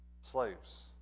slaves